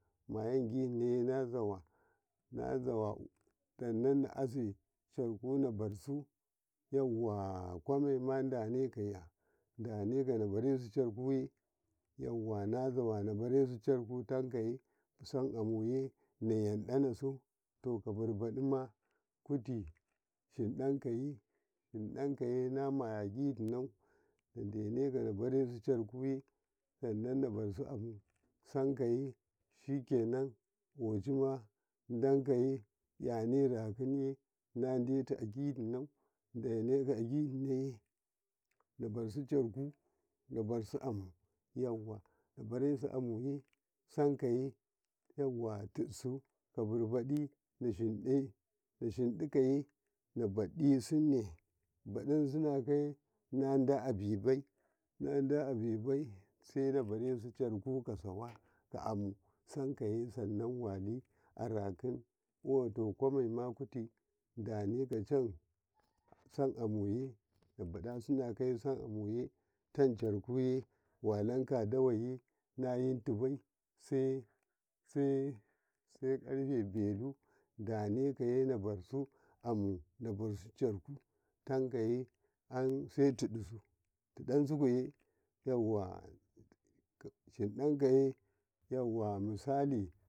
﻿mayeginaye nazawa nazawa sanan aseto charku nabarasu yawa kwammai danakaye dane nabarasu carakuye yawa nazawa nabarasu charku tekaye sa'amuye naya ɗisu to kadibaɗima kuti hinɗakaye hinɗakye namayajino nadeko nabarasu carkuye sanan nabarsu amu samkaye shekene ƙochima dakaye ajirakinye nadeto ajino deneka ajinoye nabarsu charku nabarsu amu yawa nabaresu amu yawa nabaresu amuye yawa tisu kabibaɗi nahinɗu nahinnɗitakaye nabaɗisine baɗasinakye nada abiby nada'a bib sai nabarasu charaku ka sawa ka amu samkaye sanan sanawali araki wato kwammai maku ti daneko san`amuye baɗasunaye sam amuye teyi charkuye walaka dawye nayitiƃa sai sai sai karfe belu denekaye narsu`ammu narsu caraku tekaye sai tisu tiɗisukuye hinɗakaye.